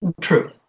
True